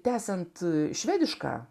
tęsiant švedišką